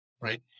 right